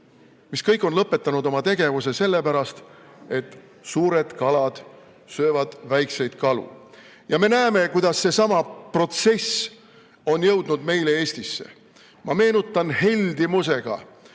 mis kõik on lõpetanud oma tegevuse sellepärast, et suured kalad söövad väikseid kalu. Me näeme, kuidas seesama protsess on jõudnud meile Eestisse. Ma meenutan heldimusega